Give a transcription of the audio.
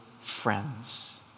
friends